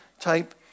type